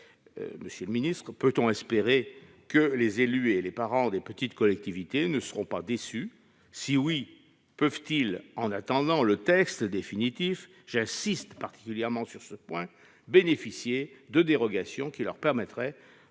Monsieur le secrétaire d'État, peut-on espérer que les élus et les parents des petites collectivités ne seront pas déçus ? Si oui, peuvent-ils, en attendant le texte définitif- j'insiste particulièrement sur ce point -, bénéficier de dérogations qui leur permettraient